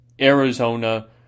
Arizona